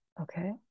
Okay